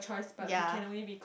ya